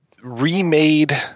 remade